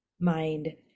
mind